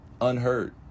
unhurt